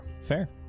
Fair